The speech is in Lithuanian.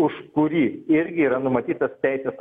už kurį irgi yra numatytas teisės